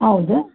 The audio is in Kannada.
ಹೌದು